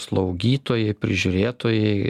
slaugytojai prižiūrėtojai